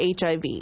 HIV